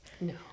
No